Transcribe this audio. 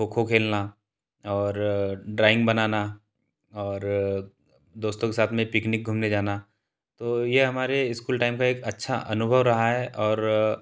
खो खो खेलना और ड्राइंग बनाना और दोस्तों के साथ में पिकनिक घूमने जाना तो यह हमारे स्कूल टाइम का एक अच्छा अनुभव रहा है और